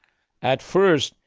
at first,